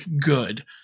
good